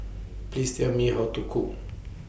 Please Tell Me How to Cook